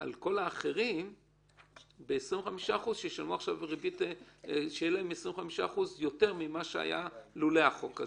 על כל האחרים שיהיו להם 25% יותר ממה שהיה לולא החוק הזה.